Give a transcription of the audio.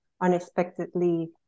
unexpectedly